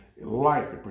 life